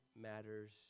matters